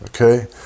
Okay